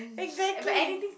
exactly